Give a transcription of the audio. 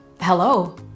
hello